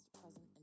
present